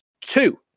Two